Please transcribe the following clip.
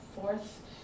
fourth